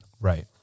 Right